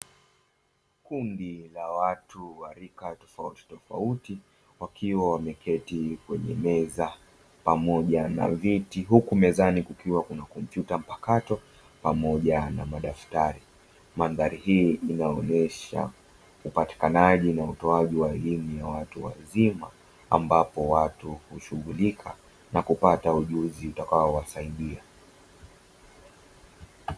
Kundi la watu wa rika tofauti tofauti wakiwa wameketi kwenye meza pamoja na viti, huku mezani kukiwa na kompyuta mpakato pamoja na madaftari, mandhari hii inaonyesha upatikanaji na utoaji wa elimu ya watu wazima, ambapo watu hushughulika na kupata ujuzi utakao wasaidia.